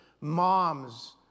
moms